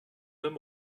homme